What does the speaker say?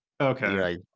Okay